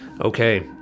okay